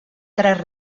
tres